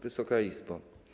Wysoka Izbo!